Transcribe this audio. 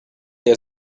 der